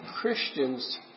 Christians